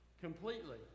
completely